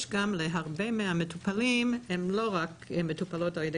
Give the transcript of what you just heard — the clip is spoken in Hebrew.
הרבה מהמטופלות לא רק מטופלות על ידי